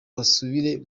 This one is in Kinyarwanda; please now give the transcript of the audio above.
basubire